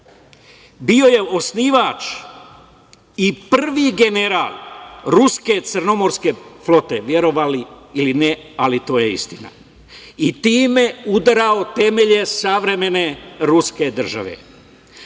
bio je osnivač i prvi general ruske crnomorske flote, verovali ili ne ali to je istina, i time udarao temelje savremene ruske države. Tu